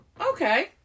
Okay